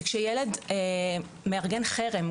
כשילד מארגן חרם,